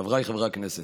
חבריי חברי הכנסת,